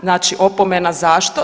Znači opomena, zašto?